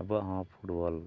ᱟᱵᱚᱣᱟᱜ ᱦᱚᱸ ᱯᱷᱩᱴᱵᱚᱞ